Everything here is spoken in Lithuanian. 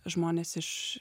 žmones iš